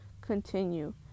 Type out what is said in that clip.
continue